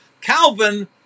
Calvin